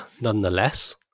nonetheless